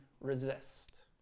resist